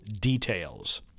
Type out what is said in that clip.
details